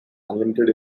unlimited